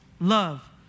love